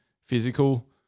physical